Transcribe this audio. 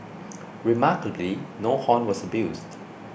remarkably no horn was abused